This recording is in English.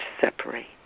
separate